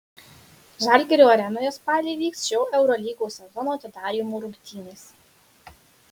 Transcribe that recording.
žalgirio arenoje spalį įvyks šio eurolygos sezono atidarymo rungtynės